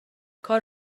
کار